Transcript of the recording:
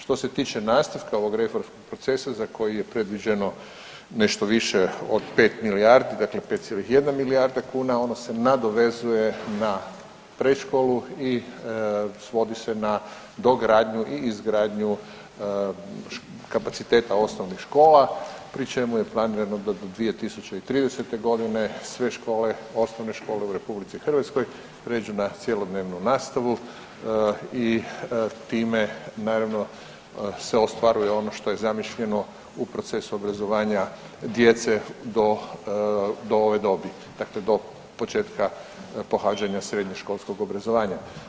Što se tiče nastavka ovog reformskog procesa za koji je predviđeno nešto više od pet milijardi dakle 5,1 milijarda kuna ono se nadovezuje na predškolu i svodi sa na dogradnju i izgradnju kapaciteta osnovnih škola pri čemu je planirano da do 2030.g. sve škole osnovne škole u RH prijeđu na cjelodnevnu nastavu i time naravno se ostvaruje ono što je zamišljeno u procesu obrazovanja djece do ove dobi, dakle do početka pohađanja srednjoškolskog obrazovanja.